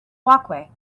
walkway